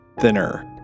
Thinner